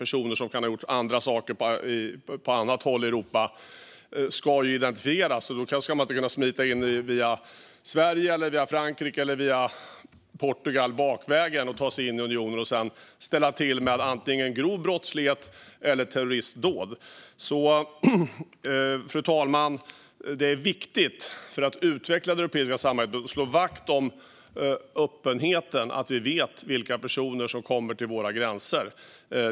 Personer som kan ha gjort andra saker på annat håll i Europa ska identifieras. Man ska inte kunna smita in bakvägen via Sverige, via Frankrike eller via Portugal i unionen och sedan ställa till med antingen grov brottslighet eller terroristdåd. För att utveckla det europeiska samarbetet och slå vakt om öppenheten, fru talman, är det alltså viktigt att vi vet vilka personer som kommer till våra gränser.